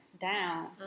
down